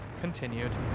continued